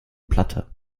platte